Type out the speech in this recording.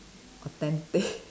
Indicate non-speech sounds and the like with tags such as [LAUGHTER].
authentic [LAUGHS]